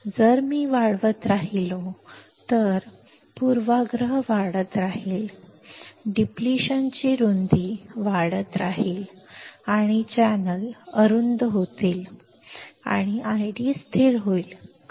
जर मी वाढत राहिलो तर उलट पूर्वाग्रह वाढत राहील डिप्लेशन ची रुंदी वाढत राहील आणि चॅनेल अरुंद होतील आणि ID स्थिर होईल